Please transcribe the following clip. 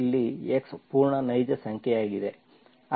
ಇಲ್ಲಿ x ಪೂರ್ಣ ನೈಜ ಸಂಖ್ಯೆಯಾಗಿದೆ